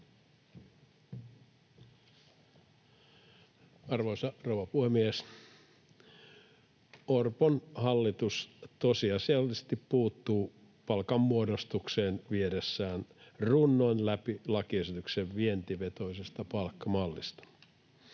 Arvoisa rouva puhemies! Orpon hallitus tosiasiallisesti puuttuu palkanmuodostukseen viedessään runnoen läpi lakiesityksen vientivetoisesta palkkamallista.